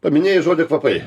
paminėjai žodį kvapai